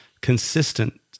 consistent